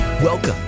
Welcome